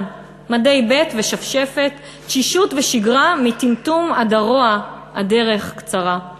// מדי ב' ושפשפת / תשישות ושגרה / מטמטום עד הרוע / הדרך קצרה //